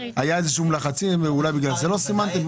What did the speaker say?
היו לחצים כלשהם ובגלל זה לא סימנתם?